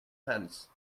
hands